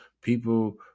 People